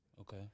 Okay